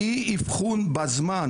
אי אבחון בזמן,